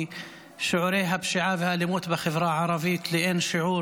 כי שיעורי הפשיעה והאלימות בחברה הערבית לאין שיעור